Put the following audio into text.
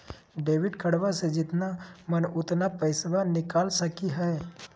Debit कार्डबा से जितना मन उतना पेसबा निकाल सकी हय?